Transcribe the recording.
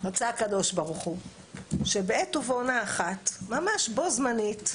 רצה הקב"ה שבעת ובעונה אחת, ממש בו זמנית,